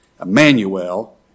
Emmanuel